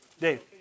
Dave